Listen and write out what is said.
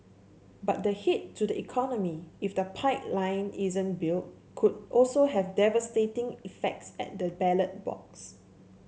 but the hit to the economy if the pipeline isn't built could also have devastating effects at the ballot box